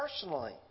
personally